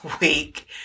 week